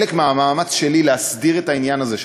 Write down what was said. חלק מהמאמץ שלי להסדיר את העניין הזה,